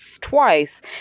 twice